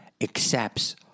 accepts